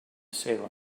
salem